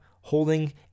holding